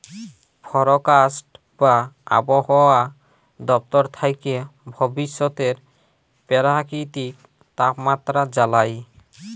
forecast বা আবহাওয়া দপ্তর থ্যাকে ভবিষ্যতের পেরাকিতিক তাপমাত্রা জালায়